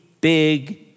big